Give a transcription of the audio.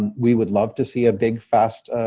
and we would love to see a big, fast